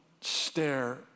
stare